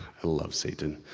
i love satan's,